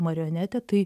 marionetė tai